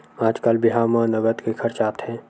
आजकाल बिहाव म नँगत के खरचा आथे